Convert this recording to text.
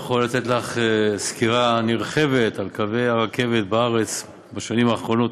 והוא יכול לתת לך סקירה נרחבת על קווי הרכבת בארץ בשנים האחרונות,